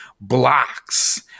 blocks